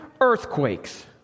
earthquakes